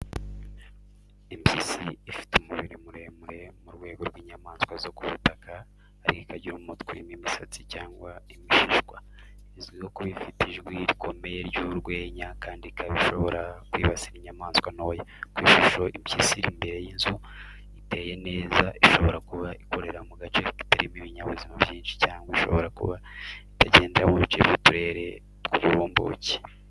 Impyisi ifite umubiri muremure, mu rwego rw’inyamaswa zo ku butaka, ariko ikagira umutwe urimo imisatsi cyangwa imishishwa. Izwiho kuba ifite ijwi rikomeye ry’urwenya kandi ikaba ishobora kwibasira inyamaswa ntoya. Ku ishusho impyisi iri imbere y'inzu iteye neza ishobora kuba ikorera mu gace kitarimo ibinyabuzima byinshi, cyangwa ishobora kuba igendagenda mu bice by'uturere tw'uburumbuke.